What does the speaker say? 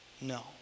no